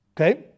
Okay